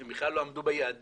הם בכלל לא עמדו ביעדים.